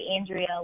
Andrea